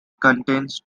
contains